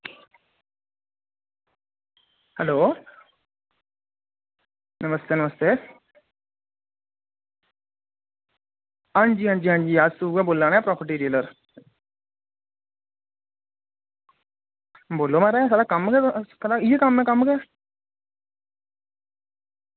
hello नमस्ते नमस्ते हां जी हां जी हां जी अस उऐ बोला ने प्रापर्टी डीलर बोलो महाराज साढ़ा कम्म गै इ'यै कम्म ऐ कम्म गै